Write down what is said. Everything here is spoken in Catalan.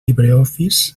libreoffice